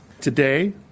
Today